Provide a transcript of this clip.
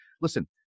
listen